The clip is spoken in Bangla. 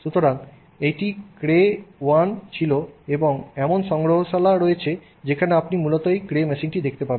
সুতরাং এটি ক্রে 1 ছিল এবং এমন সংগ্রহশালা রয়েছে যেখানে আপনি এই মূল ক্রে মেশিনটি দেখতে পাবেন